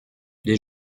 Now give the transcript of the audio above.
des